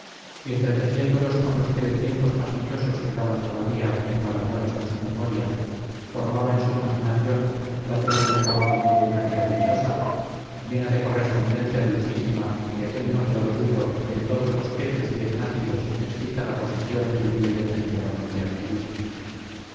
y entretejiéndolos con los que de tiempos más dichosos quedaban todavía enmarañados en su memoria formaba en su imaginación la tela inacabable de una vida dichosa llena de correspondencia dulcísima y de aquel noble orgullo que en todos los pechos bien nacidos excita la posesión de un bien legítimamente adquirido